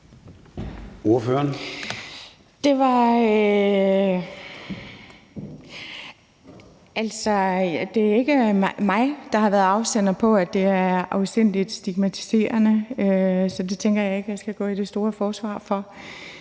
det er ikke mig, der har været afsender på, at det er afsindig stigmatiserende, så jeg tænker ikke, at jeg skal gå i det store forsvar for